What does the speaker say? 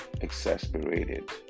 exasperated